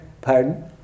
Pardon